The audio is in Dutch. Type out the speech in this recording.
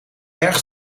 erg